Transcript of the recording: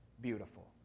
beautiful